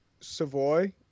Savoy